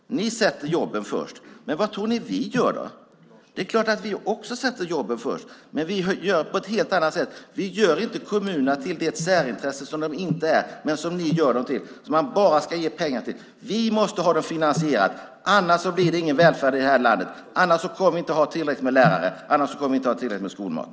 Ni sätter jobben först. Men vad tror ni vi gör? Det är klart att vi också sätter jobben först, men vi gör på ett helt annat sätt. Vi gör inte kommunerna till det särintresse som de inte är, som ni gör dem till, som man bara ska ge pengar till. Vi måste ha detta finansierat. Annars blir det ingen välfärd i det här landet. Annars kommer vi inte att ha tillräckligt med lärare. Annars kommer vi inte att ha tillräckligt med skolmat.